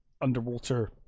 underwater